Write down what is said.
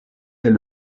est